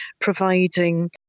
providing